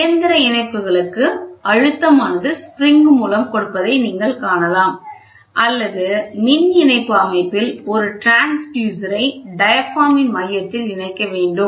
இயந்திர இணைப்புகளுக்கு அழுத்தம் ஆனது ஸ்ப்ரிங் மூலம் கொடுப்பதை நீங்கள் காணலாம் அல்லது மின் இணைப்பு அமைப்பில் ஒரு டிரான்ஸ்யூசரை டயாபிராமின் மையத்தில் இணைக்க வேண்டும்